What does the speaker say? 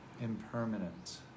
impermanent